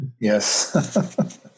Yes